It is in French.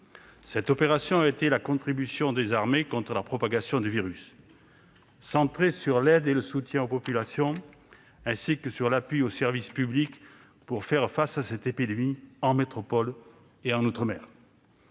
Cette opération a été la contribution des armées contre la propagation du virus. Centrée sur l'aide et le soutien aux populations, ainsi que sur l'appui aux services publics pour faire face à cette épidémie en métropole et en outre-mer,